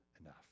enough